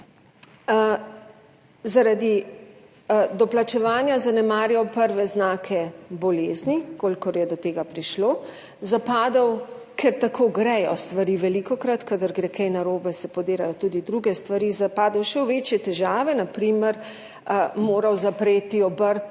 zaradi doplačevanja je zanemarjal prve znake bolezni, če je do tega prišlo, zapadel, ker tako grejo stvari velikokrat, kadar gre kaj narobe, se podirajo tudi druge stvari, zapadel še v večje težave, na primer moral je zapreti obrt